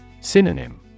Synonym